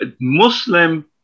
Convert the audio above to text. Muslim